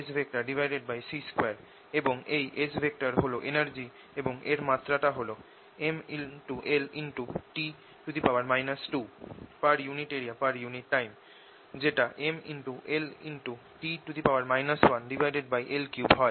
C2 এবং এই S হল এনার্জি এবং এর মাত্রা টা হল MLT 2 per unit area per unit time যেটা MLT 1L3 হয়